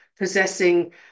possessing